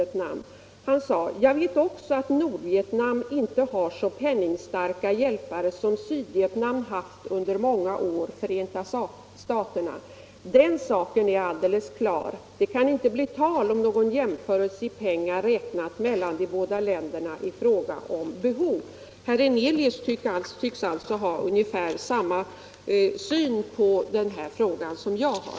Han framhöll då bl.a.: ”Jag vet också att Nordvietnam inte har så penningstarka hjälpare som Sydvietnam haft under många år — Förenta staterna. Den saken är alldeles klar. Det kan inte bli tal om någon jämförelse i pengar räknat mellan de båda länderna i fråga om behov.” Herr Hernelius tycks alltså ha ungefär samma syn på den här frågan som jag har.